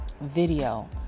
video